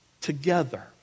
Together